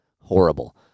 horrible